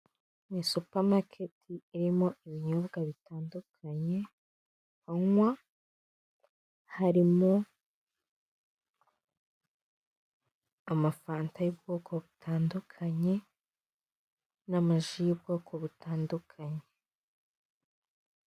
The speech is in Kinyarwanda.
Ni supamaketi irimo ibinyobwa bitandukanye banywa harimo amafanta y'ubwoko butandukanye n'amaji y'ubwoko butandukanye.